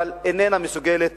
אבל איננה מסוגלת